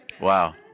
Wow